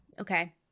Okay